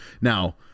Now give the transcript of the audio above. Now